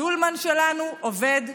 שולמן שלנו אובד עצות.